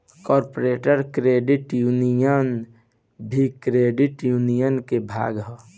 corporate credit union भी credit union के भाग ह